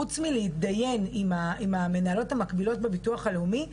חוץ מלהתדיין עם המנהלות המקבילות בביטוח הלאומי,